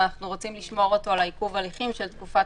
ואנחנו רוצים לשמור אותו לעיכוב הליכים של תקופת